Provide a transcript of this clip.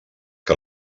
que